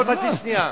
עוד חצי שנייה.